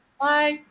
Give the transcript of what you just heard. Bye